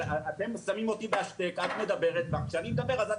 אתם שמים אותי בהשתק כשאת מדברת אבל כשאני מדבר אז את מפריעה.